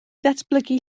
ddatblygu